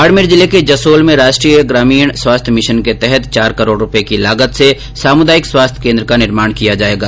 बाडमेर जिले के जसोल में राष्ट्रीय ग्रामीण स्वास्थ्य मिशन के तहत चार करोड़ रूपये की लागत से सामुदायिक स्वास्थ्य कोन्द्र का निर्माण किया जायेगा